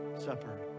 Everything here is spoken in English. supper